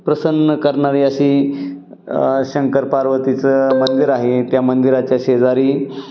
प्रसन्न करणारी अशी शंकरपार्वतीचं मंदिर आहे त्या मंदिराच्या शेजारी